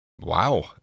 Wow